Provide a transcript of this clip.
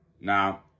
Now